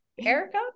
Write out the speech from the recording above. Erica